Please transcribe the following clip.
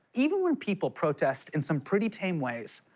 even when people protest in some pretty tame ways,